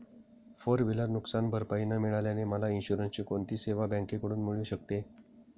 Four wheeler नुकसानभरपाई न मिळाल्याने मला इन्शुरन्सची कोणती सेवा बँकेकडून मिळू शकते?